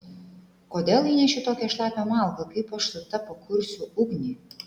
kodėl įneši tokią šlapią malką kaip aš su ta pakursiu ugnį